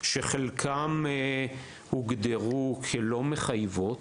שחלקן הוגדרו כלא מחייבות,